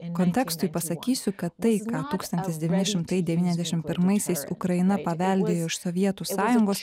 kontekstui pasakysiu kad tai ką tūkstantis devyni šimtai devyniasdešim pirmaisiais ukraina paveldėjo iš sovietų sąjungos